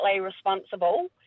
responsible